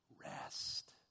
rest